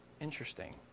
Interesting